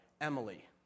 Emily